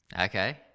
Okay